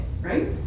right